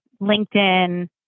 LinkedIn